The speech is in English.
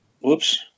Whoops